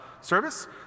service